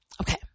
Okay